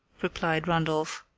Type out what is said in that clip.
replied randolph.